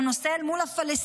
על הנושא אל מול הפלסטינים,